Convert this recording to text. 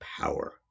power